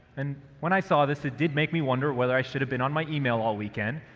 and when i saw this it did make me wonder whether i should've been on my email all weekend.